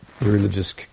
religious